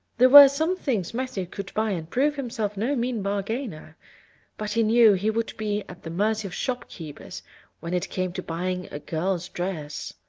there were some things matthew could buy and prove himself no mean bargainer but he knew he would be at the mercy of shopkeepers when it came to buying a girl's dress.